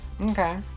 Okay